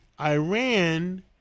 Iran